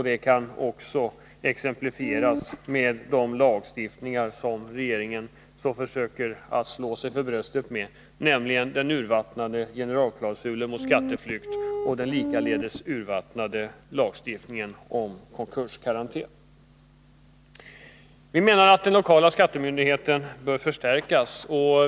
Det kan också exemplifieras med den lagstiftning som regeringen försöker slå sig för bröstet för, t.ex. den urvattnade generalklausulen mot skatteflykt och den likaledes urvattnade lagstiftningen om konkurskarantän. | Vi menar att den lokala skattemyndigheten bör förstärkas.